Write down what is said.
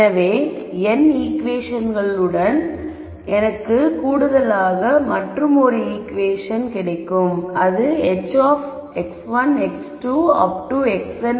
எனவே n ஈகுவேஷன்கள் உடன் மற்றும் ஒரு ஈகுவேஷனை நாம் பெறுவோம்